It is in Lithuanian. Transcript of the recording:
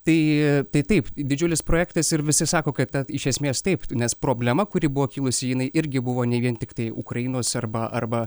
tai tai taip didžiulis projektas ir visi sako kad ta iš esmės taip nes problema kuri buvo kilusi jinai irgi buvo ne vien tiktai ukrainos arba arba